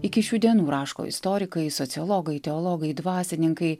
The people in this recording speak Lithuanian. iki šių dienų raško istorikai sociologai teologai dvasininkai